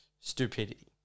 stupidity